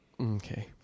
okay